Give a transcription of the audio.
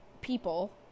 people